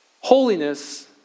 Holiness